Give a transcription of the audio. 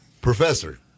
Professor